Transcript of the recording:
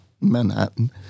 Manhattan